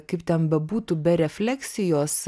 kaip ten bebūtų be refleksijos